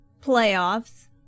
playoffs